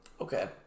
Okay